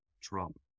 Trump